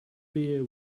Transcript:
beer